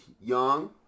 young